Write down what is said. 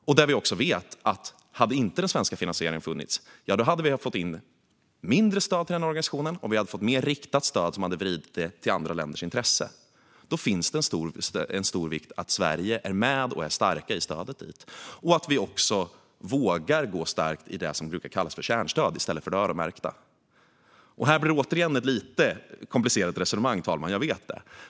Vi vet också att vi, om inte den svenska finansieringen funnits, hade fått in mindre stöd till den organisationen, och vi hade fått ett mer riktat stöd som vridits utifrån andra länders intressen. Då är det av stor vikt att Sverige är med och ger ett starkt stöd och att vi vågar ge ett starkt så kallat kärnstöd i stället för öronmärkt stöd. Här blir resonemanget återigen lite komplicerat, herr talman - jag vet det.